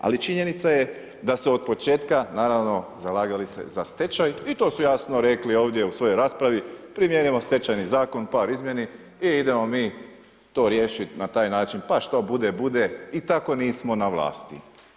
Ali činjenica je da se od početka naravno zalagali se za stečaj i to su jasno rekli ovdje u svojoj raspravi, primijenimo Stečajni zakon, par izmjeni i idemo mi to riješiti na taj način pa što bude, bude i tako nismo na vlasti.